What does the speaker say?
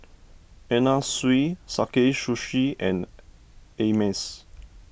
Anna Sui Sakae Sushi and Ameltz